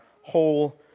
whole